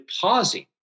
pausing